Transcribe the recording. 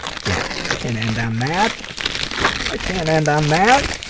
can't and end on that i can't end on that